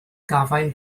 gafael